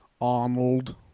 Arnold